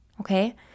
okay